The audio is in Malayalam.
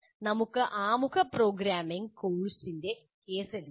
നമുക്ക് ആമുഖ പ്രോഗ്രാമിംഗ് കോഴ്സിൻ്റെ കേസ് എടുക്കാം